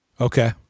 Okay